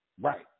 Right